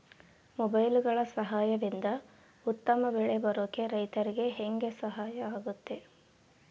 ಮೊಬೈಲುಗಳ ಸಹಾಯದಿಂದ ಉತ್ತಮ ಬೆಳೆ ಬರೋಕೆ ರೈತರಿಗೆ ಹೆಂಗೆ ಸಹಾಯ ಆಗುತ್ತೆ?